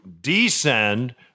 descend